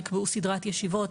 נקבעו סדרת ישיבות